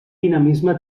dinamisme